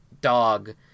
dog